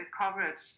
coverage